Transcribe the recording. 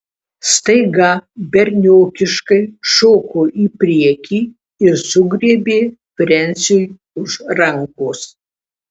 staiga berniokiškai šoko į priekį ir sugriebė frensiui už rankos